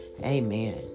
Amen